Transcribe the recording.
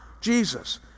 Jesus